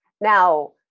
Now